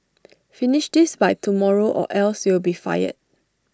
finish this by tomorrow or else you'll be fired